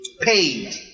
paid